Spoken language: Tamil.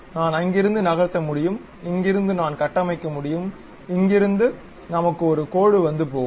நான் அங்கிருந்து நகர்த்த முடியும் இங்கிருந்து நான் கட்டமைக்க முடியும் இங்கிருந்து நமக்கு ஒரு கோடு வந்து போகும்